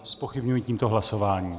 Zpochybňuji tímto hlasování.